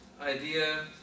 idea